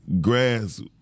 grass